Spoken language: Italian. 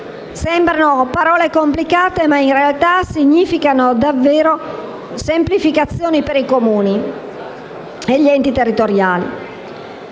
Sembrano parole complicate, ma in realtà significano davvero semplificazioni per i Comuni e gli enti territoriali.